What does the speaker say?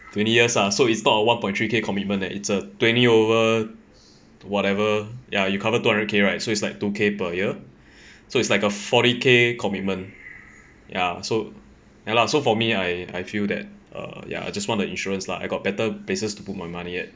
twenty years lah so it's not a one point three K commitment leh it's a twenty over whatever ya you cover two hundred K right so it's like two K per year so it's like a forty K commitment ya so ya lah so for me I I feel that err ya I just want the insurance lah I got better places to put my money at